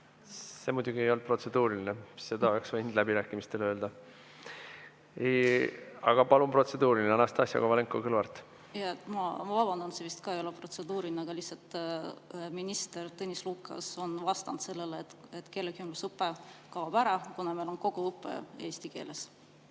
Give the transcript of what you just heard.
See muidugi ei olnud protseduuriline, seda oleks võinud läbirääkimistel öelda. Aga palun protseduuriline, Anastassia Kovalenko-Kõlvart! Ma vabandan, see vist ka ei ole protseduuriline, aga lihtsalt minister Tõnis Lukas on vastanud sellele, et keelekümblusõpe kaob ära, kuna meil on kogu õpe eesti keeles.